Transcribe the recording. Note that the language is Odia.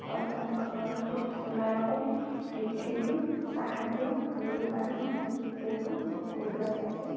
ସରକାରଙ୍କ ତରଫରୁ ସେମାନଙ୍କୁ କିଛି ବି ସାହାଯ୍ୟ ମିଳୁପାରୁନାହିଁ ତେଣୁ କ୍ଷୁଦ୍ର ଚାଷୀ